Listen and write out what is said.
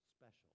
special